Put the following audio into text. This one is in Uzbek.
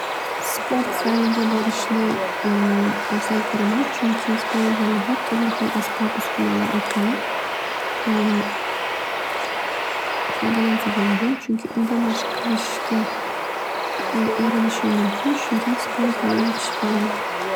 Sport zaliga borishni afzal ko'raman. Chunki sport zalida turli xil asbob uskunalar orqali foydalansa bo'ladi. Chunki uyda mashq qilishga erinishib mumkin. Shunga sport zali yaxshi variant.